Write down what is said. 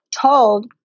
told